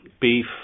beef